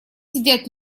сидят